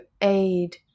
aid